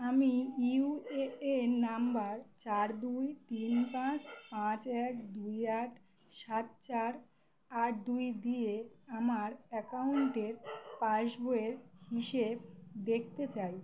আমি U A N number চার দুই তিন পাঁচ পাঁচ এক দুই আট সাত চার আট দুই দিয়ে আমার অ্যাকাউন্টের পাসবইয়ের হিসেব দেখতে চাই